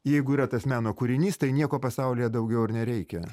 jeigu yra tas meno kūrinys tai nieko pasaulyje daugiau ir nereikia